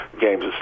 games